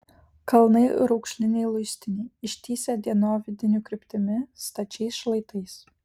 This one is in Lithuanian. kalnai raukšliniai luistiniai ištįsę dienovidinių kryptimi stačiais šlaitais